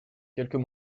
quelques